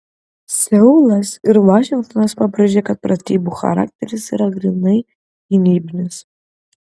seulas ir vašingtonas pabrėžė kad pratybų charakteris yra grynai gynybinis